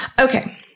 Okay